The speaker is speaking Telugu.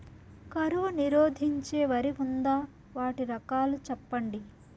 కరువు నిరోధించే వరి ఉందా? వాటి రకాలు చెప్పండి?